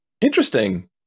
interesting